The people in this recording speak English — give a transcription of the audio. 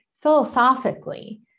philosophically